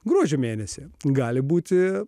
gruodžio mėnesį gali būti